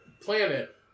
planet